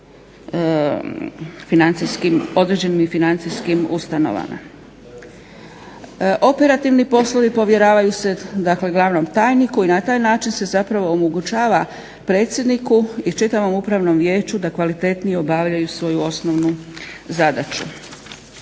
određenim financijskim ustanovama. Operativni poslovi povjeravaju se dakle glavnom tajniku i na taj način se zapravo omogućava predsjedniku i čitavom upravnom vijeću da kvalitetnije obavljaju svoju osnovnu zadaću.